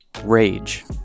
Rage